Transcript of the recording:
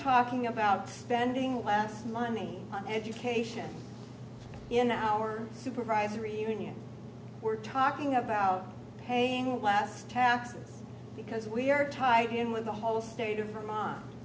talking about spending less money on education in our supervisory union we're talking about paying less taxes because we are tied in with the whole state of